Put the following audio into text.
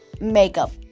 Makeup